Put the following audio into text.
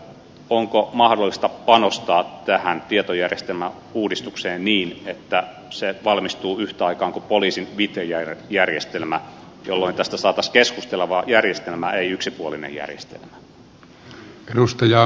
onko mahdollista panostaa tähän tietojärjestelmäuudistukseen niin että se valmistuu yhtä aikaa kuin poliisin vitja järjestelmä jolloin tästä saataisiin keskusteleva järjestelmä ei yksipuolinen järjestelmä